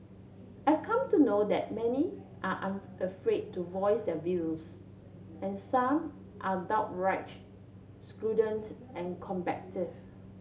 I've come to know that many are unafraid to voice their views and some are downright student and combative